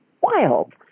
wild